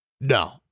No